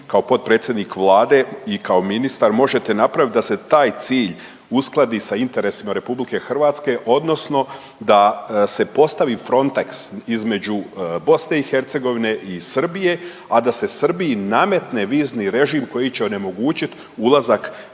kao potpredsjednik Vlade i kao ministar možete napraviti da se taj cilj uskladi sa interesima RH odnosno da se postavi Frontex između BiH i Srbije, a da se Srbiji nametne vizni režim koji će onemogućiti ulazak